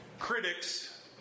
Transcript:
Critics